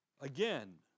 Again